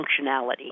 functionality